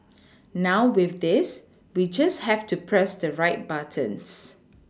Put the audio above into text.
now with this we just have to press the right buttons